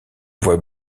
voit